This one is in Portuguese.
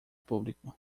público